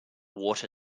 water